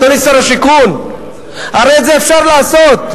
אדוני שר השיכון, הרי את זה אפשר לעשות.